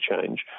change